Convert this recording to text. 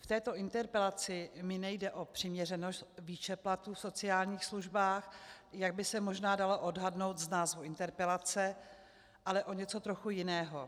V této interpelaci mi nejde o přiměřenost výše platů v sociálních službách, jak by se možná dalo odhadnout z názvu interpelace, ale o něco trochu jiného.